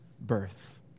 birth